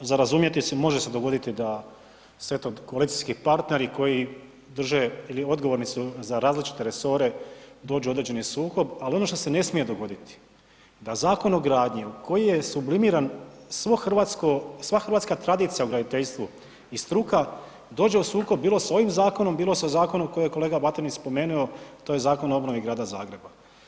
Za razumjeti je može se dogoditi da sve to koalicijski partneri koji drže ili odgovorni su za različite resore dođu u određeni sukob, ali ono što se ne smije dogoditi da Zakon o gradnji koji je sublimiran, sva hrvatska tradicija u graditeljstvu i struka dođe u sukob bilo s ovim zakonom, bilo sa zakonom koji je kolega Batinić spomenuo, to je Zakon o obnovi grada Zagreba.